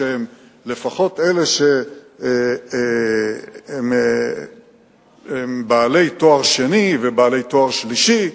לפחות אלה שהם בעלי תואר שני ובעלי תואר שלישי,